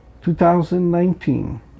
2019